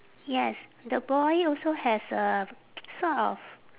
yes the boy also has a sort of